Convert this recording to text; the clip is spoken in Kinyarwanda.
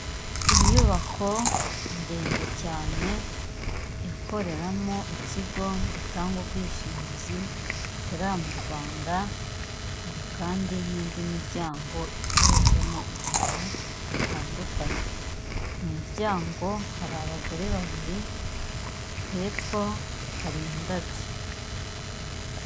Inyubako ndende cyane ikoreramo ikigo gitanga ubwishingizi gikorera mu Rwanda hari kandi n'indi miryango ikorerwamo ibintu bitandukanye mu muryango hari abagore babiri hepfo hari indabyo.